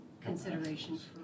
Considerations